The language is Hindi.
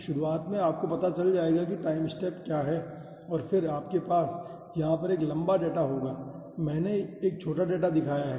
तो शुरुआत में आपको पता चल जाएगा कि टाइम स्टेप क्या है और फिर आपके पास यहां पर एक लंबा डेटा होगा मैंने एक छोटा डेटा दिखाया है